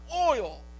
oil